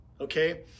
okay